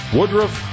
Woodruff